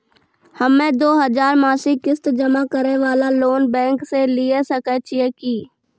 हम्मय दो हजार मासिक किस्त जमा करे वाला लोन बैंक से लिये सकय छियै की?